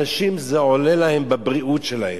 זה עולה לאנשים בבריאות שלהם,